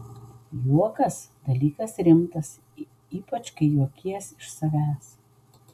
juokas dalykas rimtas ypač kai juokies iš savęs